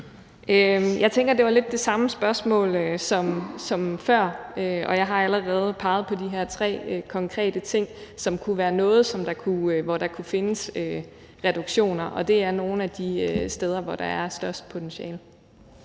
Jeg tænker, at det lidt var det samme spørgsmål som før, og jeg har allerede peget på de her tre konkrete ting, som kunne være noget, hvor der kunne findes reduktioner, og det er nogle af de steder, hvor der er størst potentiale.